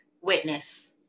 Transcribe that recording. witness